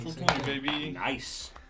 Nice